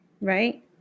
right